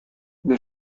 the